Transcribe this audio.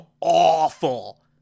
awful